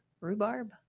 Rhubarb